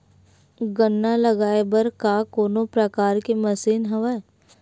गन्ना लगाये बर का कोनो प्रकार के मशीन हवय?